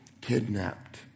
kidnapped